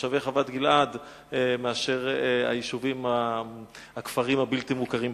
תושבי חוות-גלעד לעומת הכפרים הבלתי-מוכרים בנגב?